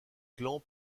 clan